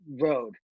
Road